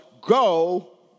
go